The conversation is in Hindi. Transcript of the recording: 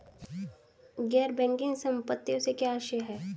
गैर बैंकिंग संपत्तियों से क्या आशय है?